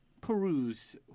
peruse